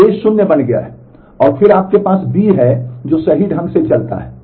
तो ए 0 बन गया है और फिर आपके पास B है जो सही ढंग से चलता है